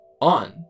on